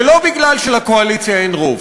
ולא משום שלקואליציה אין רוב.